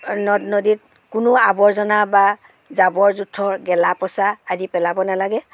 নদ নদীত কোনো আৱৰ্জনা বা জাবৰ জোথৰ গেলা পঁচা আদি পেলাব নালাগে